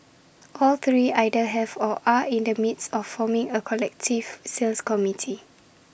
all three either have or are in the midst of forming A collective sales committee